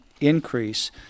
increase